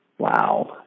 Wow